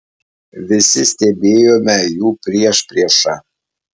visi stebėjome jų priešpriešą